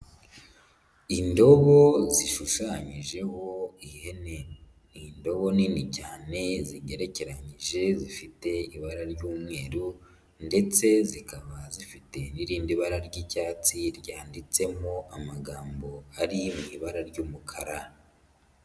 Indobo zishushanyijeho ihene. Ni indobo nini cyane, zigerekeranyije, zifite ibara ry'umweru ndetse zikaba zifite n'irindi bara ry'icyatsi, ryanditsemo amagambo ari mu ibara ry'umukara.